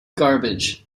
garbage